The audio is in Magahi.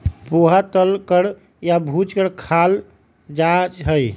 पोहा तल कर या भूज कर खाल जा हई